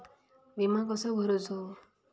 विमा कसो भरूचो?